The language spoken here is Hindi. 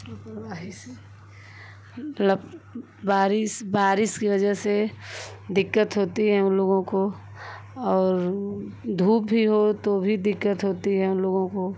लापरवाही से लप बारिश बारिश कि वजह से दिक्कत होती है उन लोगों को और धूप भी हो तो भी दिक्कत होती है उन लोगों को